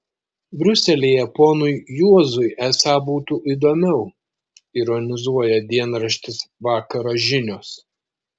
briuselyje ponui juozui esą būtų įdomiau ironizuoja dienraštis vakaro žinios